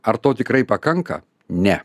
ar to tikrai pakanka ne